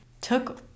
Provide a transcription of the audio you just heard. took